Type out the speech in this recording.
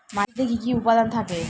মাটিতে কি কি উপাদান থাকে?